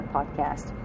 Podcast